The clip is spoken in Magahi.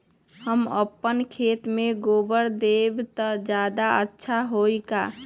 हम अपना खेत में गोबर देब त ज्यादा अच्छा होई का?